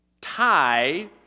tie